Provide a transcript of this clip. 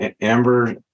Amber